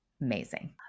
amazing